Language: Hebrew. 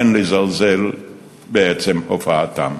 אין לזלזל בעצם הופעתן.